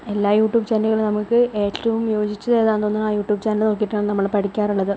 എല്ലാ യൂട്യൂബ് ചാനലുകളിലും നമുക്ക് ഏറ്റവും യോജിച്ചത് ഏതാണെന്ന് ആ യൂട്യൂബ് ചാനൽ നോക്കിയിട്ടാണ് നമ്മൾ പഠിക്കാറുള്ളത്